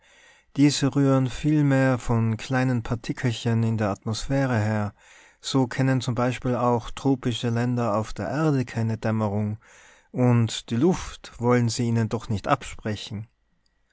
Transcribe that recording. diese rühren vielmehr von kleinen partikelchen in der atmosphäre her so kennen zum beispiel auch tropische länder auf der erde keine dämmerung und die luft wollen sie ihnen doch nicht absprechen